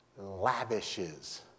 lavishes